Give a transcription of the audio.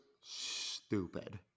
stupid